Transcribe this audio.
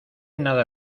nada